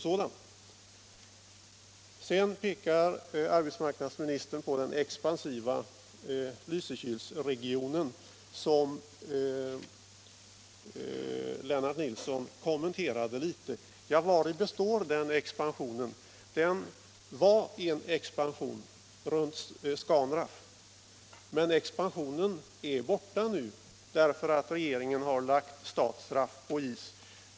Sedan pekar arbetsmarknadsministern på den expansiva Lysekilsregionen som Lennart Nilsson kommenterade litet. Ja, vari består den där expansionen? Det var en expansion runt Scanraff, men den expansionen är borta nu därför att regeringen har lagt Statsraff på is.